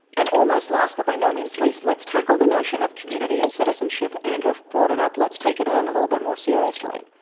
and almost last but by no means least, let's tackle the notion of community and citizenship. andrew brought it up. let's take it on a little bit more seriously.